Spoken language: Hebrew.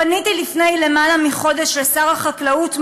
פניתי לפני יותר מחודש לשר החקלאות,